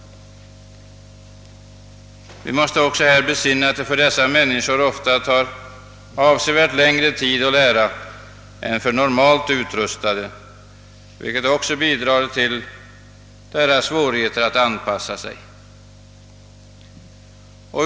Vi måste också i detta sammanhang besinna att det ofta för dessa människor tar avsevärt längre tid att lära sig saker och ting än för normalt utrustade personer, vilket också bidrar till deras svårigheter att anpassa sig.